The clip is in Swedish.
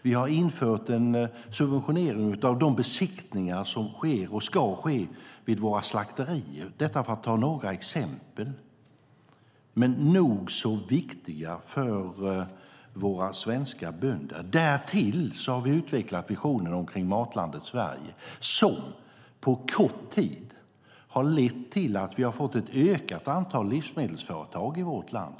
Vi har infört en subventionering av de besiktningar som sker och ska ske vid våra slakterier. Detta är några exempel, men de är nog så viktiga för våra svenska bönder. Därtill har vi utvecklat visioner omkring Matlandet Sverige, som på kort tid har lett till att vi har fått ett ökat antal livsmedelsföretag i vårt land.